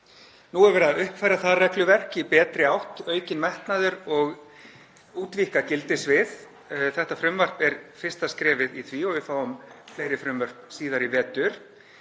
Nú er verið að uppfæra það regluverk í betri átt, aukinn metnaður og útvíkkað gildissvið. Þetta frumvarp er fyrsta skrefið í því og við fáum fleiri frumvörp síðar í vetur.